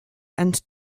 and